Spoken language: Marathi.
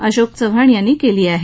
अशोक चव्हाण यांनी केली आहे